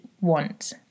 want